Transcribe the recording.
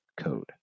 code